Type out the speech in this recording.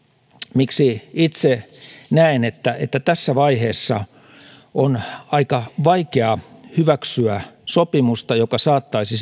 miksi itse näen että että tässä vaiheessa on aika vaikea hyväksyä sopimusta joka saattaisi